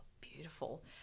beautiful